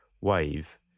wave